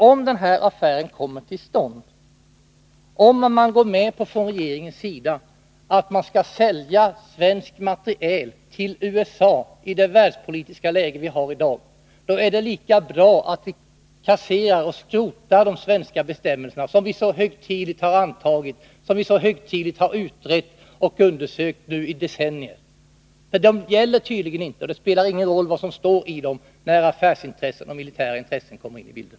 Om den här affären kommer till stånd, om regeringen går med på försäljning av svensk krigsmateriel till USA i det världspolitiska läge som råder i dag, är det lika bra att vi kasserar och skrotar de svenska bestämmelserna, som vi så högtidligt har antagit och så högtidligt har undersökt och utrett i decennier, för de gäller tydligen inte. Det spelar tydligen ingen roll vad som står i dem, när affärsintressen och militära intressen kommer in i bilden.